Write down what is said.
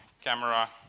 camera